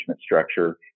structure